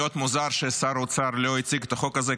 מוזר מאוד ששר האוצר לא הציג את החוק הזה.